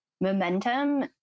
momentum